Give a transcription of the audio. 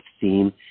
theme